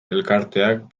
elkarteak